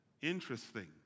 Interesting